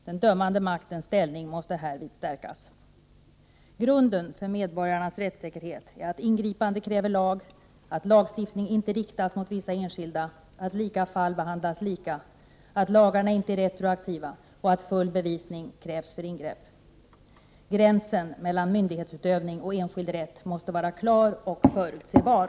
Den dömande maktens ställning måste härvid stärkas. Grunden för medborgarnas rättssäkerhet är att ingripanden kräver lag, att lagstiftning inte riktas mot vissa enskilda, att lika fall behandlas lika, att lagarna inte är retroaktiva och att full bevisning krävs för ingrepp. Gränsen mellan myndighetsutövning och enskild rätt måste vara klar och förutsebar.